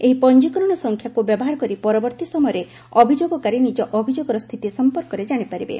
ଏହି ପଞ୍ଚକରଣ ସଂଖ୍ୟାକୁ ବ୍ୟବହାର କରି ପରବର୍ତୀ ସମୟରେ ଅଭିଯୋଗକାରୀ ନିଜ ଅଭିଯୋଗର ସ୍ଥିତି ସଂପର୍କରେ ଜାଶିପାରିବେ